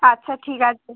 আচ্ছা ঠিক আছে